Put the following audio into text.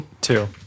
two